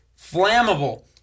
flammable